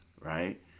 right